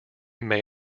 may